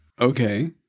Okay